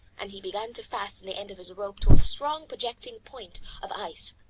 and he began to fasten the end of his rope to a strong, projecting point of ice.